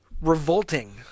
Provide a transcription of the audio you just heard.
revolting